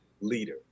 leader